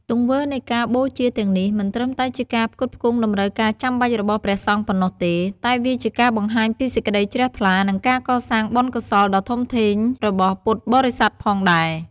ទង្វើនៃការបូជាទាំងនេះមិនត្រឹមតែជាការផ្គត់ផ្គង់តម្រូវការចាំបាច់របស់ព្រះសង្ឃប៉ុណ្ណោះទេ តែវាជាការបង្ហាញពីសេចក្តីជ្រះថ្លា និងការកសាងបុណ្យកុសលដ៏ធំធេងរបស់ពុទ្ធបរិស័ទផងដែរ។